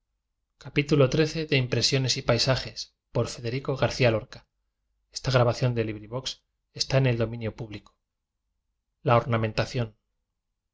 del paisaje en algunas